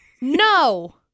No